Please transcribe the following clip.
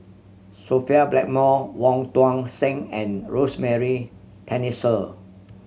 Sophia Blackmore Wong Tuang Seng and Rosemary Tessensohn